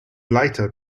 lighter